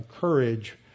courage